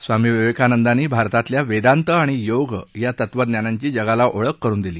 स्वामी विवेकानंदांनी भारतातल्या वेदांत आणि योग या तत्वज्ञानांची जगाला ओळख करुन दिली